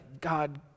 God